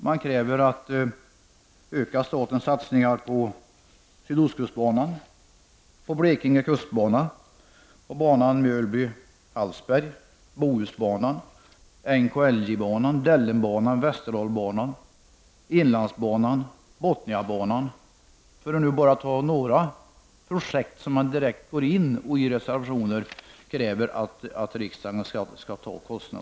Det krävs en ökad satsning från staten på sydostkustbanan, Blekinge kustbana, bandelen Mjölby— Hallsberg, Bohusbanan, NKIJ-banan, Dellenbanan, Västerdalbanan, Inlandsbanan och Bothniabanan. Det är bara några exempel på projekt som reservanterna kräver att staten skall satsa pengar på.